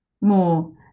more